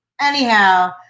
Anyhow